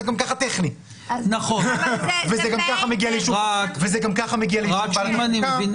זה גם כך טכני וזה גם כך מגיע לאישור ועדת החוקה.